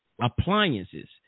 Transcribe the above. appliances